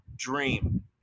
Dream